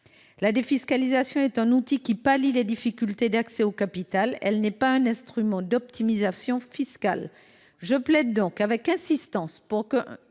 La défiscalisation est un outil qui pallie les difficultés d’accès au capital. Elle n’est pas un instrument d’optimisation fiscale. Je plaide donc avec insistance pour un